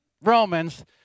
Romans